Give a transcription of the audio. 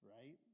right